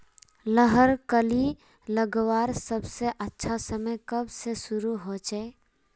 लहर कली लगवार सबसे अच्छा समय कब से शुरू होचए?